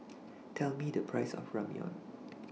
Tell Me The Price of Ramyeon